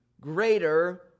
greater